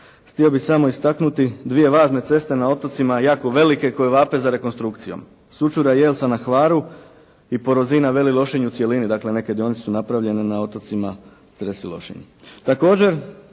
Htio bih samo istaknuti dvije važne ceste na otocima jako velike koje vape za rekonstrukcijom. Sućuraj i Jelsa na Hvaru i Porozina – Veli Lošinj u cjelini. Dakle, neke dionice su napravljene na otocima Cres i Lošinj. Također,